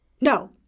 No